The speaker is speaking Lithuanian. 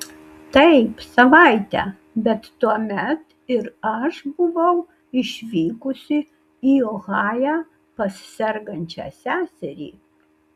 taip savaitę bet tuomet ir aš buvau išvykusi į ohają pas sergančią seserį